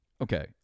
okay